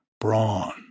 brawn